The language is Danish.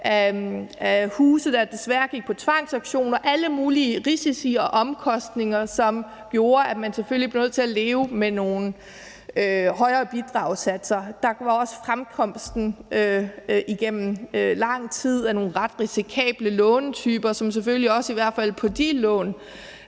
af huse, der desværre gik på tvangsauktion og alle mulige risici og omkostninger, som gjorde, at man selvfølgelig blev nødt til at leve med nogle højere bidragssatser. Der var også fremkomsten igennem lang tid af nogle ret risikable låntyper, som selvfølgelig også i hvert fald på de lån